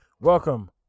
Welcome